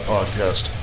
Podcast